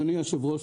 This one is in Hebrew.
אדוני היושב ראש,